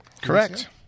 Correct